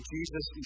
Jesus